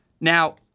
Now